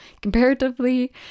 comparatively